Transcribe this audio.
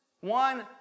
One